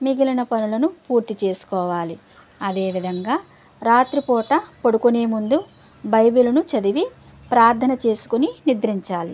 మిగిలిన పనులను పూర్తి చేసుకోవాలి అదే విధంగా రాత్రిపూట పడుకునే ముందు బైబిల్ను చదివి ప్రార్థన చేసుకుని నిద్రించాలి